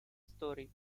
story